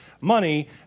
money